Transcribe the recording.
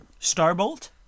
Starbolt